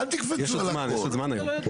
יש עוד זמן היום.